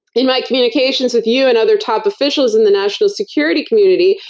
in my communications with you and other top officials in the national security community,